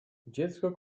dziecko